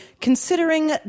Considering